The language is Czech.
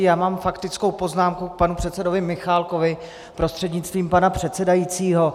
Já mám faktickou poznámku k panu předsedovi Michálkovi prostřednictvím pana předsedajícího.